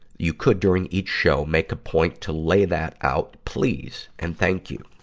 you could, during each show, make a point to lay that out, please and thank you.